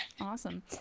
Awesome